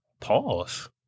pause